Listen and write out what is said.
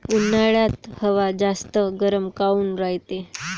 उन्हाळ्यात हवा जास्त गरम काऊन रायते?